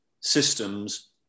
systems